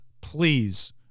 please